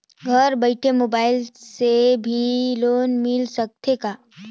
घर बइठे मोबाईल से भी लोन मिल सकथे का?